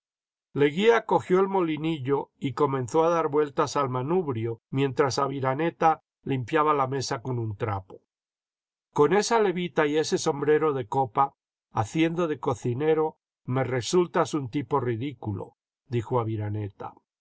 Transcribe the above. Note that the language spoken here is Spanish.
leguía cogió el molinillo y comenzó a dar vueltas al manubrio mientras aviraneta limpiaba la mesa con un trapo con esa levita y ese sombrero de copa híxiendo de cocinero me resultas un tipo ridículo dijo aviraneta